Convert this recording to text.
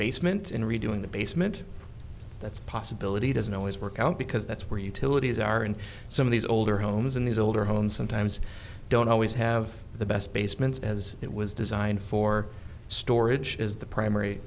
basement in redoing the basement that's possibility doesn't always work out because that's where utilities are and some of these older homes in these older homes sometimes don't always have the best basements as it was designed for storage is the primary